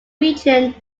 region